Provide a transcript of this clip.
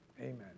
Amen